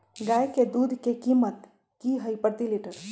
गाय के दूध के कीमत की हई प्रति लिटर?